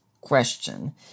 question